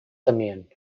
temien